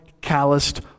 calloused